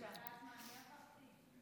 שמעת מה אני עברתי?